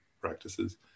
practices